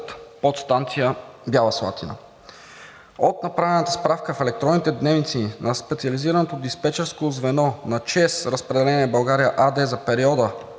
подстанция Бяла Слатина. От направената справка в електронните дневници на специализираното диспечерско звено на „ЧЕЗ Разпределение България“ АД за периода,